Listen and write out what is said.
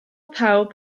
pawb